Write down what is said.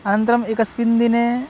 अनन्तरम् एकस्मिन् दिने